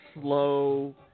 slow